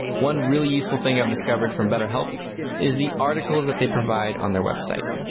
one really useful thing i've discovered from betterhelp is the articles that they provide on their website.